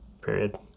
Period